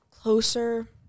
closer